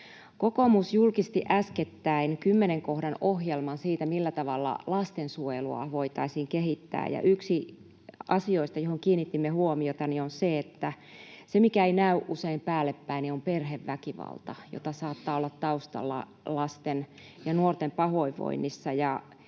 Kokoomus julkisti äskettäin kymmenen kohdan ohjelman siitä, millä tavalla lastensuojelua voitaisiin kehittää, ja yksi asioista, johon kiinnitimme huomiota, on, että se, mikä ei näy usein päällepäin, on perheväkivalta, jota saattaa olla taustalla lasten ja nuorten pahoinvoinnissa.